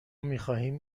میخواهیم